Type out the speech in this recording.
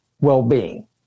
well-being